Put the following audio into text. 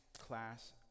class